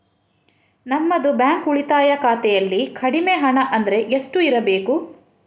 ನಮ್ಮದು ಬ್ಯಾಂಕ್ ಉಳಿತಾಯ ಖಾತೆಯಲ್ಲಿ ಕಡಿಮೆ ಹಣ ಅಂದ್ರೆ ಎಷ್ಟು ಇರಬೇಕು?